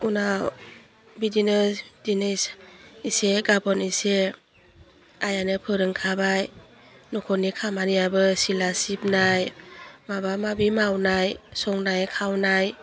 उनाव बिदिनो दिनै एसे गाबोन एसे आइयानो फोरोंखाबाय नखरनि खामानियाबो सिला सिबनाय माबा माबि मावनाय संनाय खावनाय